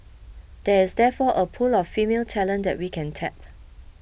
there is therefore a pool of female talent that we can tap